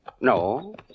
No